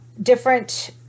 different